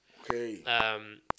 Okay